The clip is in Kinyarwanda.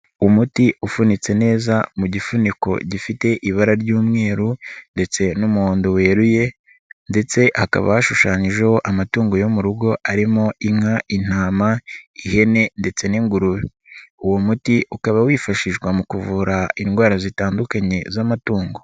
Umuti ufunitse neza mu gifuniko gifite ibara ry'umweru ndetse n'umuhondo weruye ndetse hakaba ashushanyijeho amatungo yo mu rugo arimo inka, intama, ihene ndetse n'ingurube. Uwo muti ukaba wifashishwa mu kuvura indwara zitandukanye z'amatungo.